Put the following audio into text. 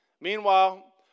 Meanwhile